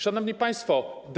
Szanowni Państwo!